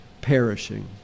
perishing